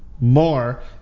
more